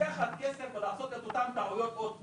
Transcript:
לקחת את אותו הכסף ולעשות את הטעויות עוד פעם?